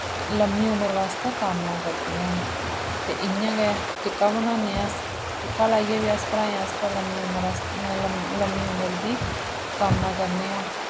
लम्मी उम्र वास्तै कामना करदियां न ते इ'यां गै टिक्का बनाने अस टिक्का लाइयै बी अस भ्राएं आस्तै लम्मी उम्र आस्तै लम लम्मी उम्र दी कामना करने आं